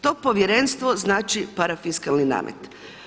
To Povjerenstvo znači parafiskalni namet.